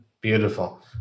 Beautiful